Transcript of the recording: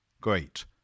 Great